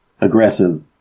aggressive